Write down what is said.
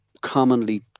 commonly